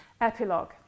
Epilogue